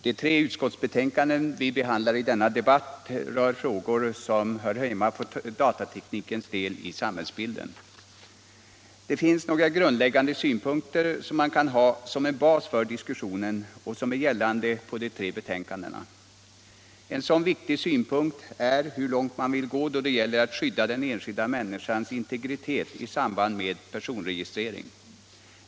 Herr talman! De tre utskottsbetänkanden som vi behandlar i denna debatt rör frågor om datateknikens del i samhällsbilden. Det finns några grundläggande synpunkter, som man kan ha som en bas för diskussionen och som är gällande på de tre betänkandena. En sådan viktig synpunkt är hur långt man vill gå då det gäller att skydda den enskilda människans integritet i samband med personregistrering.